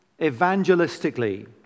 evangelistically